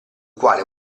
quale